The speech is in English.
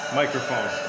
microphone